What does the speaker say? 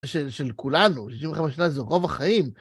של כולנו, 65 שנה זה רוב החיים.